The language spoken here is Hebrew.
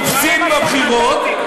הפסיד בבחירות,